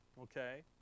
Okay